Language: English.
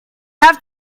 have